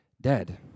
dead